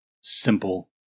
simple